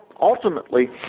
ultimately